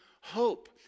hope